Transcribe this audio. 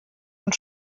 und